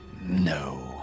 No